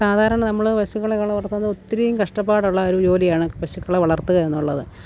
സാധാരണ നമ്മൾ പശുക്കളെ വളർത്തുന്നത് ഒത്തിരിയും കഷ്ടപ്പാടുള്ള ഒരു ജോലിയാണ് പശുക്കളെ വളർത്തുക എന്നുള്ളത്